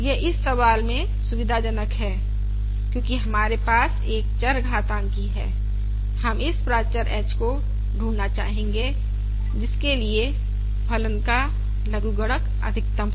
यह इस सवाल में सुविधाजनक है क्योंकि हमारे पास एक चरघाताङ्की है हम उस प्राचर h को ढूंढना चाहेंगे जिसके लिए फलन का लघुगणक अधिकतम हो